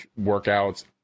workouts